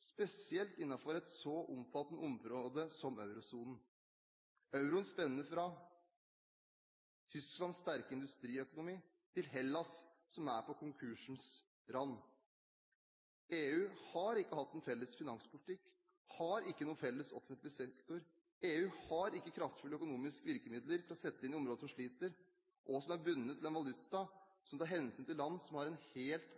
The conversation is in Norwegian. spesielt innenfor et så omfattende område som eurosonen. EU spenner fra Tysklands sterke industriøkonomi til Hellas, som er på konkursens rand. EU har ikke hatt en felles finanspolitikk, har ikke noen felles offentlig sektor. EU har ikke kraftfulle økonomiske virkemidler til å sette inn i områder som sliter, og som er bundet til en valuta som tar hensyn til land som har en helt